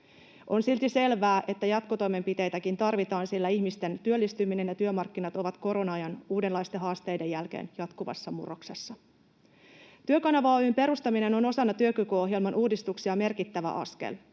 On silti selvää, että jatkotoimenpiteitäkin tarvitaan, sillä ihmisten työllistyminen ja työmarkkinat ovat korona-ajan uudenlaisten haasteiden jälkeen jatkuvassa murroksessa. Työkanava Oy:n perustaminen on osana työkykyohjelman uudistuksia merkittävä askel.